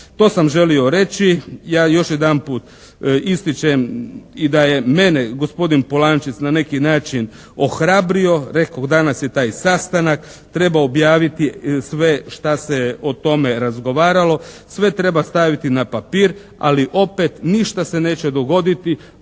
To sam želio reći. Ja još jedan put ističem i da je mene gospodin Polančec na neki način ohrabrio. Rekoh, danas je taj sastanak. Treba objaviti sve šta se o tome razgovaralo, sve treba staviti na papir ali opet ništa se neće dogoditi